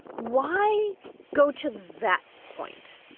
why go to that point?